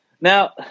Now